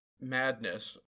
madness